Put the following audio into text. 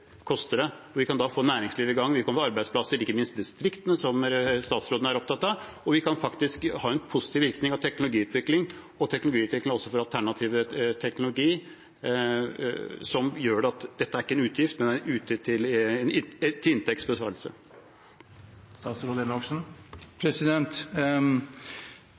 koster det, og vi kan da få næringslivet i gang, vi kan få arbeidsplasser – ikke minst i distriktene, som statsråden er opptatt av – og vi kan faktisk ha en positiv virkning og teknologiutvikling også for alternativ teknologi, som gjør at dette ikke er en utgift, men en utgift til